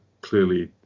clearly